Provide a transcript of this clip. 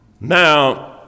Now